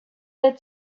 that